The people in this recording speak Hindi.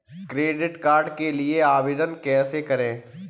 क्रेडिट कार्ड के लिए आवेदन कैसे करें?